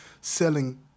selling